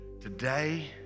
today